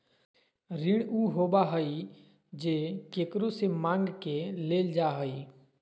ऋण उ होबा हइ जे केकरो से माँग के लेल जा हइ